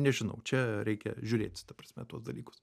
nežinau čia reikia žiūrėtis ta prasme tuos dalykus